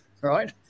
Right